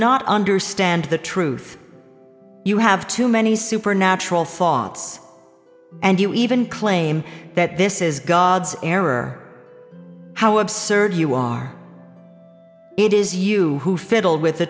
not understand the truth you have too many supernatural thoughts and you even claim that this is god's error how absurd you are it is you who fiddle with the